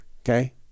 okay